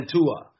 Tua